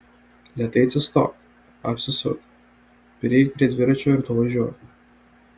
lėtai atsistok apsisuk prieik prie dviračio ir nuvažiuok